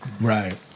Right